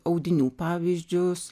audinių pavyzdžius